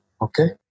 okay